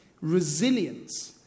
Resilience